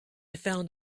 found